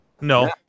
No